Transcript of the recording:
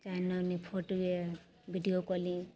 चाहे एन्ने ओन्ने फोटोए विडिओ कॉलिन्ग